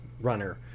runner